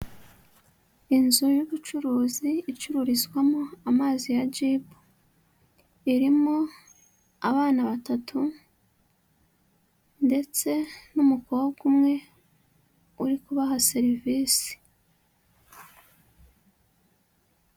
Inzu y'ubucuruzi icururizwamo amazi ya Jibu, irimo abana batatu ndetse n'umukobwa umwe uri kubaha serivisi.